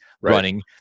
running